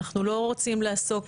אנחנו לא רוצים לעסוק